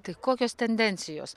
tai kokios tendencijos